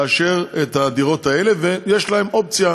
לאשר את הדירות האלה, ויש להם אופציה